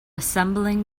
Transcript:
assembling